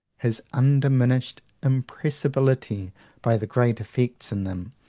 his undiminished impressibility by the great effects in them.